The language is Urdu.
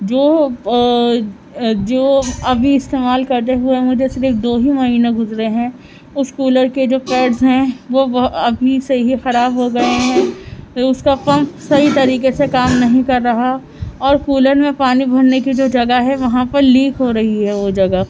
جو جو ابھی استعمال کرتے ہوئے مجھے صرف دو ہی مہینہ گزرے ہیں اُس کولر کے جو پیڈز ہیں وہ ابھی سے ہی خراب ہو گئے ہیں پھر اُس کا پنکھ صحیح طریقے سے کام نہیں کر رہا اور کولر میں پانی بھرنے کی جو جگہ ہے وہاں پر لیک ہو رہی ہے وہ جگہ